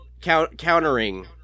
countering